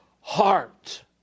heart